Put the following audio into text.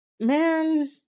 Man